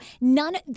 none